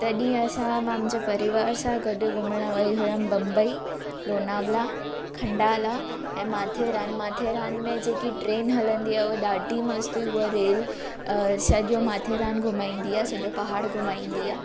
तॾहिं असां मुंहिंजे परिवार सां गॾु घुमणु वई हुयमि बम्बई लोनावला खंडाला ऐं माथेरान माथेरान में जेकी ट्रेन हलंदी अथव उहो ॾाढी मस्त हुई उहा रेल अ सॼो माथेरान घुमाईंदी हुअसि सॼो पहाड़ घुमाईंदी आहे